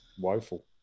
woeful